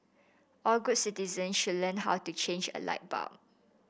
all good citizen should learn how to change a light bulb